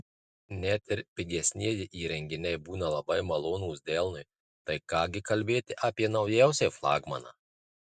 net ir pigesnieji įrenginiai būna labai malonūs delnui tai ką gi kalbėti apie naujausią flagmaną